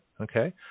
okay